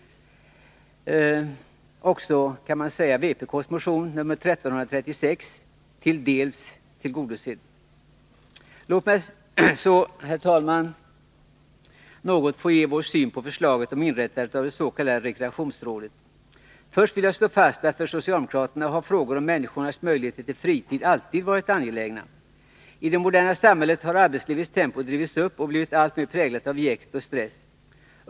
Härmed kan man säga att också vpk-motionen 1336 delvis tillgodosetts. Låt mig så något få ge vår syn på förslaget om inrättandet av det s.k. rekreationsrådet. Först vill jag slå fast att för socialdemokraterna har frågor om människors möjligheter till fritid alltid varit angelägna. I det moderna samhället har arbetslivets tempo drivits upp och blivit alltmer präglat av jäkt och stress.